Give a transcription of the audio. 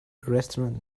restaurant